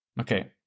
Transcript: Okay